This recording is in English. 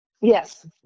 Yes